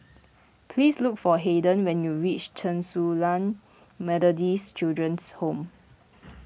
please look for Hayden when you reach Chen Su Lan Methodist Children's Home